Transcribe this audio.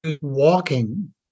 walking